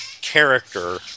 character